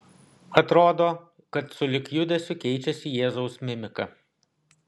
atrodo kad sulig judesiu keičiasi jėzaus mimika